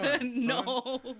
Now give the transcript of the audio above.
No